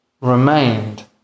remained